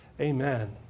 Amen